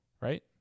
right